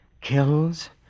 kills